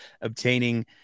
obtaining